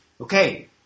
Okay